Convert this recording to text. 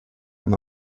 она